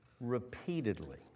...repeatedly